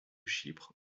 chypre